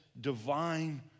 divine